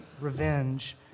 revenge